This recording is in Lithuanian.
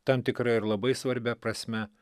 tam tikra ir labai svarbia prasme